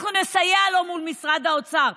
אנחנו נסייע לו מול משרד האוצר.